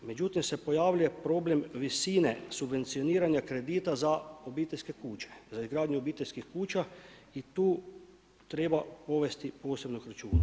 Međutim se pojavljuje problem visine subvencioniranja kredita za obiteljske kuće, za izgradnju obiteljskih kuća i tu treba povesti posebnog računa.